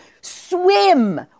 swim